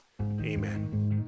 Amen